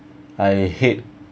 I hate